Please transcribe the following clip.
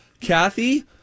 Kathy